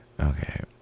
Okay